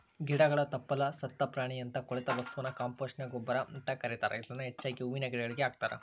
ಗಿಡಗಳ ತಪ್ಪಲ, ಸತ್ತ ಪ್ರಾಣಿಯಂತ ಕೊಳೆತ ವಸ್ತುನ ಕಾಂಪೋಸ್ಟ್ ಗೊಬ್ಬರ ಅಂತ ಕರೇತಾರ, ಇದನ್ನ ಹೆಚ್ಚಾಗಿ ಹೂವಿನ ಗಿಡಗಳಿಗೆ ಹಾಕ್ತಾರ